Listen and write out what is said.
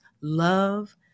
love